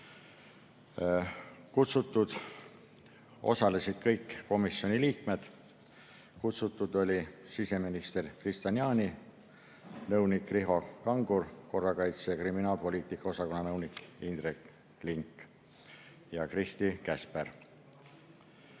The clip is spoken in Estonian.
oktoobril. Osalesid kõik komisjoni liikmed. Kutsutud olid siseminister Kristian Jaani, nõunik Riho Kangur, korrakaitse‑ ja kriminaalpoliitika osakonna nõunik Indrek Link ja Kristi Käsper. Eelnõu